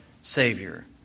Savior